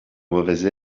mauvais